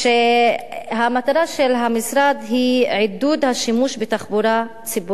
שהמטרה של המשרד היא עידוד השימוש בתחבורה ציבורית,